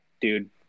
dude